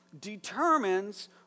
determines